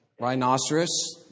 rhinoceros